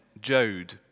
Jode